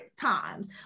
times